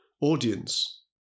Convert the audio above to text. audience